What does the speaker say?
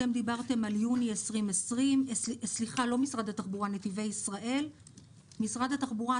אתם דיברתם על יוני 2020. משרד התחבורה,